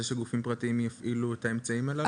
שגופים פרטיים יפעילו את האמצעים הללו?